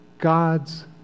God's